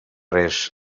res